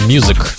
Music